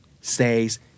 says